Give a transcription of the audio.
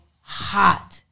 hot